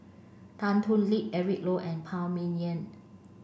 Tan Thoon Lip Eric Low and Phan Ming Yen